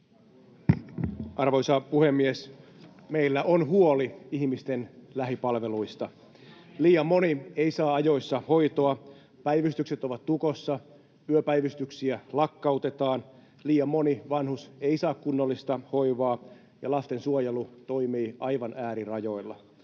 Arvoisa puhemies! Meillä on huoli ihmisten lähipalveluista. [Oikealta: Niin meilläkin!] Liian moni ei saa ajoissa hoitoa, päivystykset ovat tukossa, yöpäivystyksiä lakkautetaan, liian moni vanhus ei saa kunnollista hoivaa, ja lastensuojelu toimii aivan äärirajoilla.